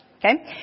Okay